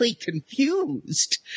confused